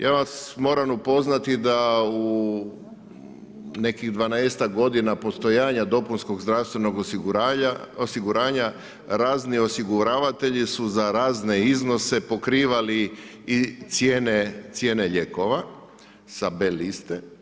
Ja vas moram upoznati da u nekih 12-ak godina postojanja dopunskog zdravstvenog osiguranja razni osiguravatelji su za razne iznose pokrivali i cijene lijekova sa B liste.